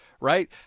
right